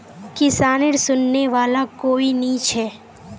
किसानेर सुनने वाला कोई नी छ